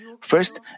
First